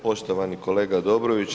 Poštovani kolega Dobrović.